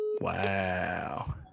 Wow